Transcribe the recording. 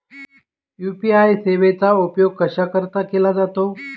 UPI सेवेचा उपयोग कशाकरीता केला जातो?